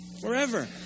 forever